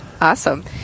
awesome